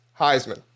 Heisman